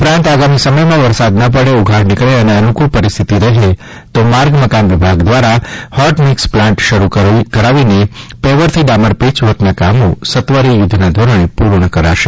ઉપરાંત આગામી સમયમાં વરસાદ ન પડે ઉઘાડ નિકળે અને અનૂકુળ પરિસ્થિતિ રહે તો માર્ગ મકાન વિભાગ દ્વારા હોટ મીક્સ પ્લાન્ટ શરૂ કરાવીને પેવરથી ડામર પેચવર્કના કામો સત્વરે યુદ્ધના ધોરણે પૂર્ણ કરાશે